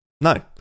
no